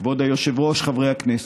כבוד היושב-ראש, חברי הכנסת,